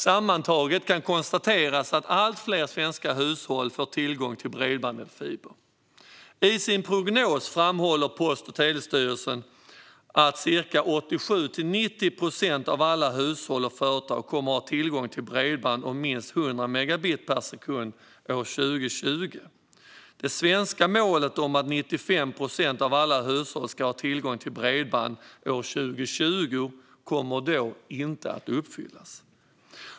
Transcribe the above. Sammantaget kan konstateras att allt fler svenska hushåll får tillgång till bredband eller fiber. I sin prognos framhåller Post och telestyrelsen att 87-90 procent av alla hushåll och företag kommer att ha tillgång till bredband om minst 100 megabit per sekund år 2020. Det svenska målet om att 95 procent av alla hushåll ska ha tillgång till bredband år 2020 kommer då inte att uppnås.